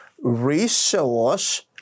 resource